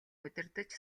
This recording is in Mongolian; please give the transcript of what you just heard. удирдаж